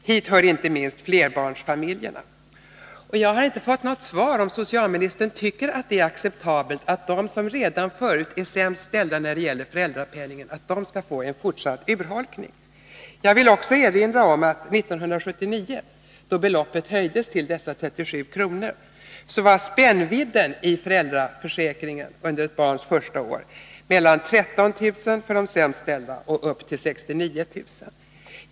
Hit hör inte minst flerbarnsfamiljerna. Jag har inte fått något svar på frågan om socialministern tycker att det är acceptabelt att de som redan förut är sämst ställda när det gäller föräldrapenningen skall få en fortsatt urholkning. Jag vill också erinra om att 1979, efter det att beloppet höjdes till 37 kr., var spännvidden i föräldraförsäkringen under ett barns första år mellan drygt 13 000 för de sämst ställda och upp till 69 000.